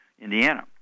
Indiana